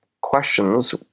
questions